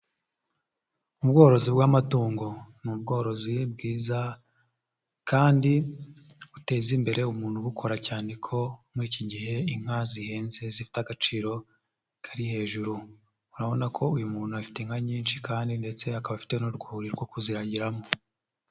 Ubworozi bw'amatungo ni ubworozi bwiza kandi buteza imbere umuntu ubukora cyane ko muri iki gihe inka zihenze zifite agaciro kari hejuru, urabona ko uyu muntu afite inka nyinshi kandi ndetse akaba afite n'urwuri rwo kuziragiramo.